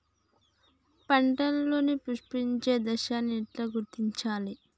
పంటలలో పుష్పించే దశను ఎట్లా గుర్తించాలి?